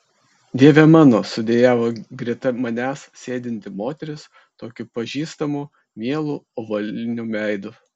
dieve mano sudejavo greta manęs sėdinti moteris tokiu pažįstamu mielu ovaliniu veidu